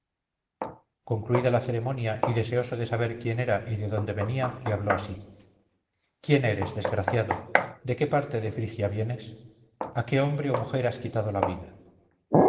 concluida la ceremonia y deseoso de saber quién era y de donde venía le habló así quién eres desgraciado de qué parte de frigia vienes y a qué hombre o mujer has quitado la vida